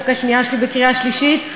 בקריאה שלישית.